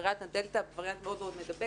וריאנט הדלתא הוא וריאנט מאוד מאוד מדבק.